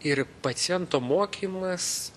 ir paciento mokymas